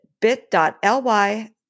bit.ly